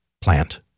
plant